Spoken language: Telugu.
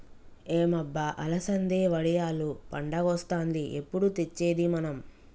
ఏం అబ్బ అలసంది వడియాలు పండగొస్తాంది ఎప్పుడు తెచ్చేది మనం